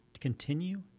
continue